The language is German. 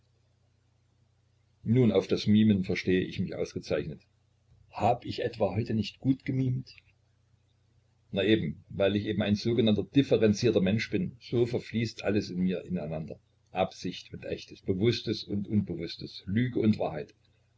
nun auf das mimen versteh ich mich ausgezeichnet hab ich etwa heute nicht gut gemimt na eben weil ich eben ein sogenannter differenzierter mensch bin so verfließt alles in mir ineinander absicht und echtes bewußtes und unbewußtes lüge und wahrheit